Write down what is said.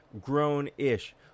Grown-ish